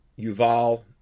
Yuval